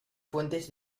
fuentes